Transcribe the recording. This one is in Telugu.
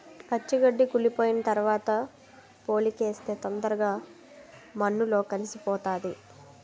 పచ్చి గడ్డి కుళ్లిపోయిన తరవాత పోలికేస్తే తొందరగా మన్నులో కలిసిపోతాది